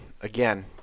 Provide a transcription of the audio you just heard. again